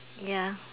ya